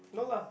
no lah